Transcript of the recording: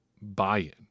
buy-in